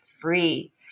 free